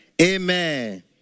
Amen